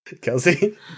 Kelsey